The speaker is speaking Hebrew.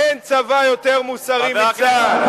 אין צבא יותר מוסרי מצה"ל.